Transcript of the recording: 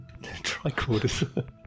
Tricorders